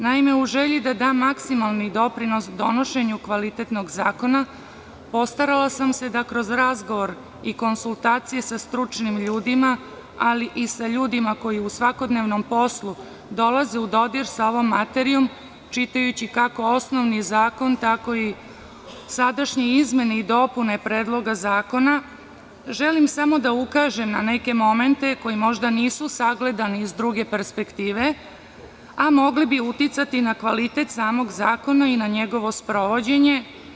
Naime, u želji da dam maksimalni doprinos donošenju kvalitetnog zakona, postarala sam se da kroz razgovor i konsultacije sa stručnim ljudima, ali i sa ljudima koji u svakodnevnom poslu dolaze u dodir sa ovom materijom, čitajući kako osnovni zakon tako i sadašnje izmene i dopune Predloga zakona, želim samo da ukažem na neke momente koji možda nisu sagledani iz druge perspektive, a mogli bi uticati na kvalitet samog zakona i na njegovo sprovođenje.